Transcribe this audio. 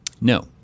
No